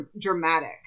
dramatic